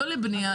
לא לבנייה,